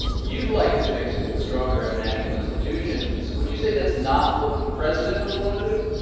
you'd like to fix it with stronger international institutions. would you say that's not what the president would want to do?